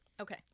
okay